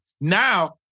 Now